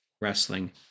wrestling